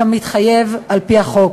כמתחייב על-פי החוק.